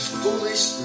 foolish